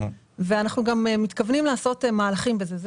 אנחנו גם מתכוונים לעשות מהלכים בזה.